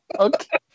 Okay